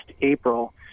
April